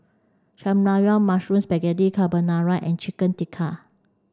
Saengmyeon Mushroom Spaghetti Carbonara and Chicken Tikka